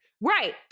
Right